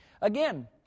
Again